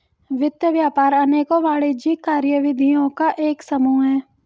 वित्त व्यापार अनेकों वाणिज्यिक कार्यविधियों का एक समूह है